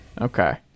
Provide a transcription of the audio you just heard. okay